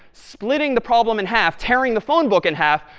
splitting the problem in half? tearing the phone book in half,